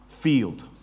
field